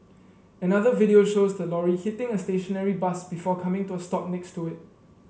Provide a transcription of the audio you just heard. another video shows the lorry hitting a stationary bus before coming to a stop next to it